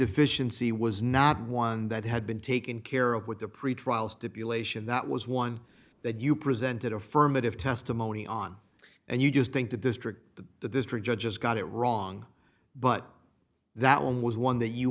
deficiency was not one that had been taken care of with the pretrial stipulation that was one that you presented affirmative testimony on and you just think the district the district judge has got it wrong but that was one that you